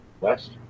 west